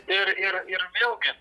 ir ir ir vėlgi